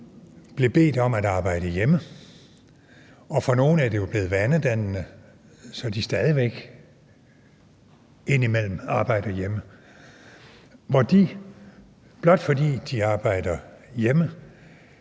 blev bedt om at arbejde hjemme, og for nogle er det jo blevet vanedannende, så de stadig væk indimellem arbejder hjemme, og hvor de, blot fordi de arbejder hjemme,